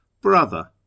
Brother